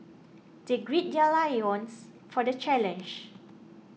they gird their loins for the challenge